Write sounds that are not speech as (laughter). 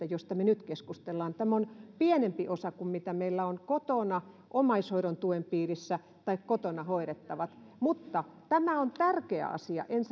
(unintelligible) josta me nyt keskustelemme tämä on pienempi osa kuin mitä meillä on kotona omaishoidon tuen piirissä tai kotona hoidettavat tämä on tärkeä asia en (unintelligible)